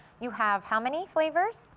you have how many flavors?